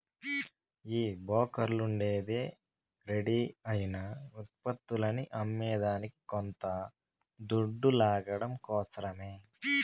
ఈ బోకర్లుండేదే రెడీ అయిన ఉత్పత్తులని అమ్మేదానికి కొంత దొడ్డు లాగడం కోసరమే